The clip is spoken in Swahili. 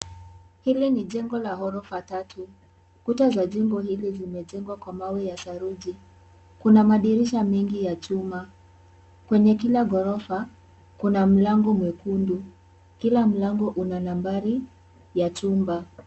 Hili jengo la ghorofa tatu. Kuta za jengo hili limejengwa kwa mawe ya saruji. Kuna madirisha mengi ya chuma. Kwenye kila ghorofa, kuna mlango mwekundu. Kila mlango, una nambari ya chumba.